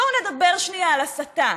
בואו נדבר שנייה על הסתה.